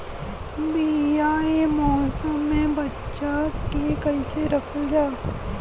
बीया ए मौसम में बचा के कइसे रखल जा?